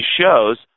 shows